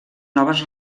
noves